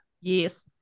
Yes